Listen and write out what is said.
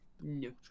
No